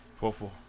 Fofo